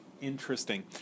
Interesting